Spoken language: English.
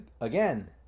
again